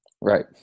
Right